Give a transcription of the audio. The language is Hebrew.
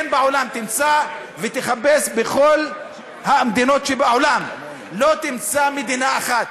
תחפש בכל המדינות שבעולם ולא תמצא מדינה אחת